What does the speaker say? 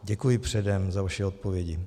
Děkuji předem za vaše odpovědi.